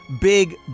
Big